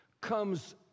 comes